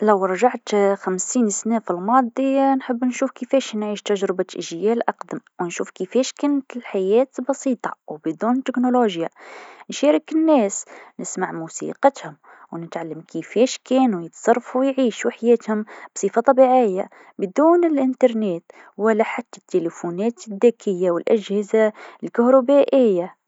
لو رجعت أسبوع للوراء والله تكون راح فر- فرصة باش نصلح حاجات صغيره، نراجع قرارت خديتها ونزيد نركز في حاجات فاتتني مثلا نحسن من جدول وقتي ولا نحل مشاكل تخصني أنا وبعض الأشخاص ونتفادا أي حاجة خايبه ولا مشاكل صارت معايا من قبل.